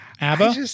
ABBA